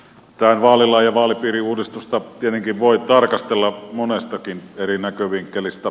tätä vaalilaki ja vaalipiiriuudistusta tietenkin voi tarkastella monestakin eri näkövinkkelistä